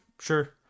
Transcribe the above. Sure